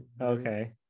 Okay